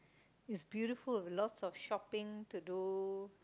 it's beautiful lots of shopping to do